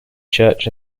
church